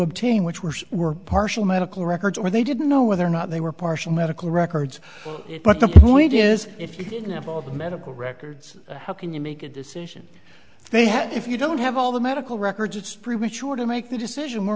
obtain which were were partial medical records or they didn't know whether or not they were partial medical records but the point is if you didn't have all the medical records how can you make a decision if they have if you don't have all the medical records it's premature to make the decision